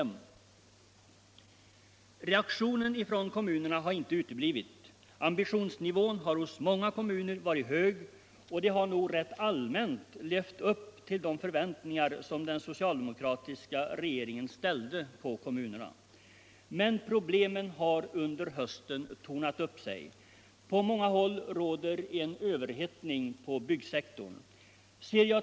Reaktionen från kommunerna har inte uteblivit. Ambitionsnivån har hos många kommuner varit hög, och de har nog rätt allmänt levt upp till de förväntningar som den socialdemokratiska regeringen ställde på kommunerna. Men problemen har under hösten tornat upp sig. På många håll råder en överhettning på byggsektorn.